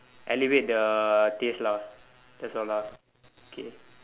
elevate the taste lah that's all lah okay